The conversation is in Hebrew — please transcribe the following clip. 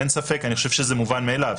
אין ספק, אני חושב שזה מובן מאליו.